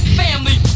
family